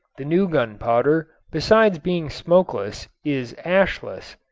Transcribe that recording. the new gunpowder besides being smokeless is ashless.